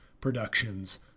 productions